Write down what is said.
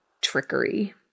trickery